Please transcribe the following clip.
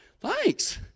thanks